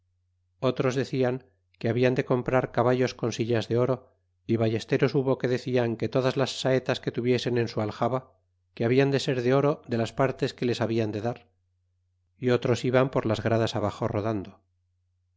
otros decian que hablan de comprar caballos con sillas de oro y ballesteros hubo que decian que todas las saetas que tuviesen en su aljava que habian de ser de oro de las partes que les habian de dar y otros iban por las gradas abaxo rodando